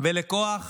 ולכוח